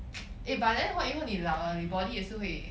eh but then what 以后你老了你 body 也是会